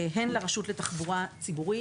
הן לרשות תחבורה ציבורית,